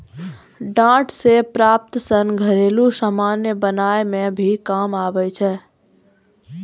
डांट से प्राप्त सन घरेलु समान बनाय मे भी काम आबै छै